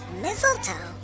Mistletoe